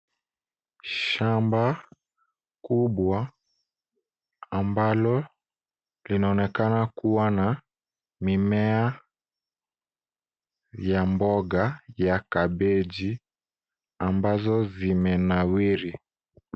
Shamba kubwa ambalo linaonekana kuwa na mimea ya mboga ya kabeji ambazo zimenawiri.